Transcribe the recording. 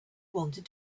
wanted